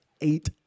eight